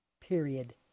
Period